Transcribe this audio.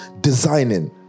Designing